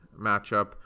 matchup